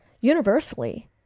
universally